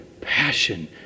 passion